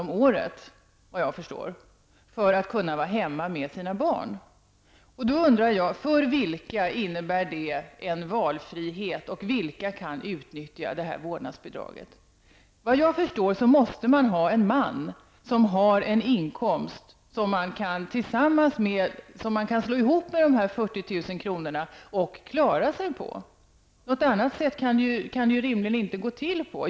om året för att kunna vara hemma med sina barn. Då undrar jag: För vilka innebär det en valfrihet? Vilka kan utnyttja detta vårdnadsbidrag? Vad jag förstår behövs då en man med en inkomst som man kan slå ihop med dessa 40 000 kr. och klara sig på. På något annat sätt kan det inte gå till.